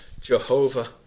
Jehovah